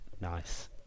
Nice